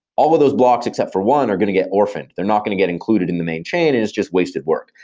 all of those blocks except for one are going to get orphaned. they're not going to get included in the main chain and it's just wasted work.